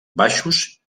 baixos